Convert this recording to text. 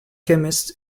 chemist